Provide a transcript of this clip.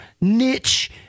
niche